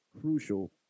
crucial